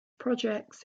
projects